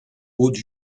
hauts